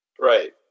Right